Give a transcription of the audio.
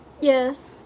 Yes